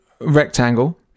rectangle